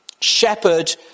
Shepherd